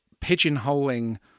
pigeonholing